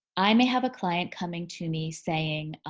i may have a client coming to me saying,